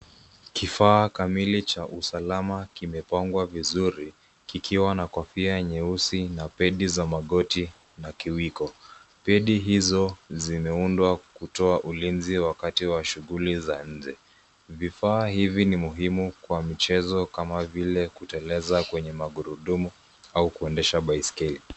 Kifaa kamili cha usalama kimepangwa vizuri kikiwa na kofia nyeusi na pedi za magoti na kiwiko. Pedi hizo zimeundwa kutoa ulinzi wakati wa shughuli za nje. Vifaa hivi ni muhimu kwa mchezo kama vile kuteleza kwenye magurudumu au kuendesha baiskeli.